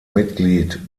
mitglied